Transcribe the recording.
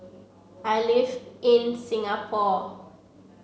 I live in Singapore